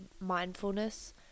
mindfulness